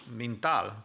mental